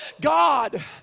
God